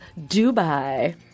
Dubai